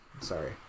Sorry